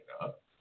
up